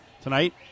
tonight